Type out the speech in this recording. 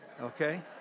Okay